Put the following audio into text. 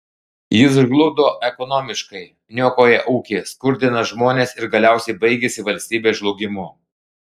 jis žlugdo ekonomiškai niokoja ūkį skurdina žmones ir galiausiai baigiasi valstybės žlugimu